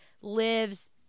lives